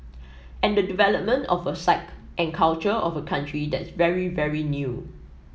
and the development of a psyche and culture of a country that's very very new